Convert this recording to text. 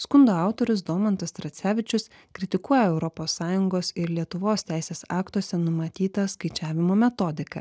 skundo autorius domantas tracevičius kritikuoja europos sąjungos ir lietuvos teisės aktuose numatytą skaičiavimo metodiką